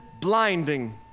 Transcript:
blinding